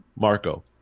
Marco